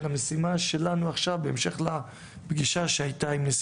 המשימה שלנו עכשיו בהמשך לפגישה שהייתה עם נשיא